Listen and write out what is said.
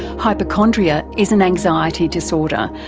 hypochondria is an anxiety disorder,